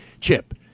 Chip